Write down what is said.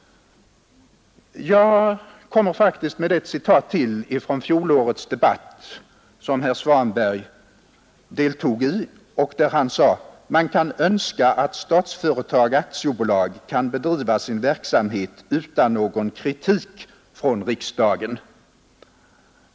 Jag kommer faktiskt med ett citat till från fjolårets debatt, som herr Svanberg deltog i. Han sade att man skulle önska att Statsföretag AB kunde bedriva sin verksamhet utan någon kritik från riksdagen.